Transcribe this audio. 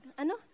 ano